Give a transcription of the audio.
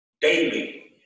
daily